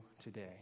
today